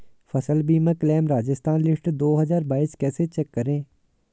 फसल बीमा claim Rajasthan list दो हज़ार बाईस कैसे चेक करें?